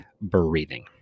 breathing